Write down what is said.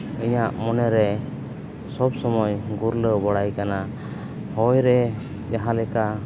ᱤᱧᱟᱹᱜ ᱢᱚᱱᱮ ᱨᱮ ᱥᱚᱵᱽ ᱥᱚᱢᱚᱭ ᱜᱩᱨᱞᱟᱹᱣ ᱵᱟᱲᱟᱭ ᱠᱟᱱᱟ ᱦᱚᱭ ᱨᱮ ᱡᱟᱦᱟᱸ ᱞᱮᱠᱟ